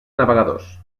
navegadors